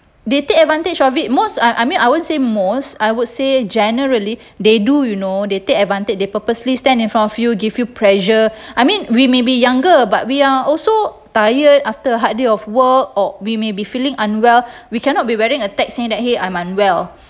they take advantage of it most I I mean I won't say most I would say generally they do you know they take advantage they purposely stand in front of you give you pressure I mean we may be younger but we are also tired after a hard day of work or we may be feeling unwell we cannot be wearing a tag that !hey! I'm unwell